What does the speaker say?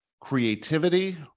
creativity